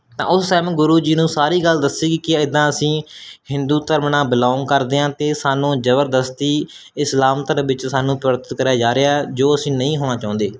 ਤਾਂ ਉਸ ਟਾਈਮ ਗੁਰੂ ਜੀ ਨੂੰ ਸਾਰੀ ਗੱਲ ਦੱਸੀ ਕਿ ਇੱਦਾਂ ਅਸੀਂ ਹਿੰਦੂ ਧਰਮ ਨਾਲ ਬਿਲੋਂਗ ਕਰਦੇ ਹਾਂ ਅਤੇ ਸਾਨੂੰ ਜ਼ਬਰਦਸਤੀ ਇਸਲਾਮ ਧਰਮ ਵਿੱਚ ਸਾਨੂੰ ਪਰਿਵਰਤ ਕਰਿਆ ਜਾ ਰਿਹਾ ਜੋ ਅਸੀਂ ਨਹੀਂ ਹੋਣਾ ਚਾਹੁੰਦੇ